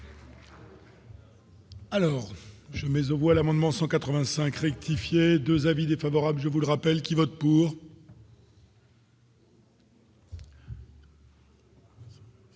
Alors, mais on voit l'amendement 185 rectifier 2 avis défavorables, je vous le rappelle, qui vote pour.